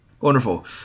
wonderful